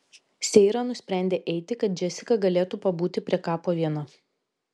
seira nusprendė eiti kad džesika galėtų pabūti prie kapo viena